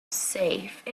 safe